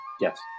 yes